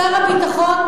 שר הביטחון,